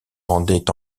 rendaient